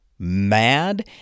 mad